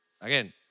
Again